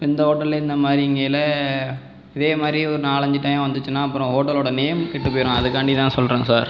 எந்த ஹோட்டல்லையும் இந்த மாதிரிங்கையில் இதேமாதிரி ஒரு நாலஞ்சு டைம் வந்துச்சுன்னால் அப்புறம் ஹோட்டலோட நேம் கெட்டு போயிடும் அதுக்காண்டிதான் சொல்கிறேன் சார்